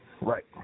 right